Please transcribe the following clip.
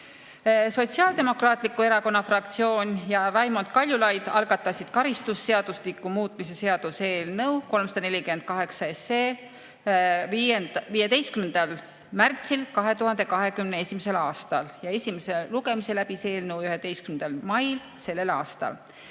Sotsiaaldemokraatliku Erakonna fraktsioon ja Raimond Kaljulaid algatasid karistusseadustiku muutmise seaduse eelnõu 348 15. märtsil 2021. aastal ja esimese lugemise läbis eelnõu 11. mail sellel aastal.